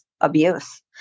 abuse